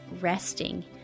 resting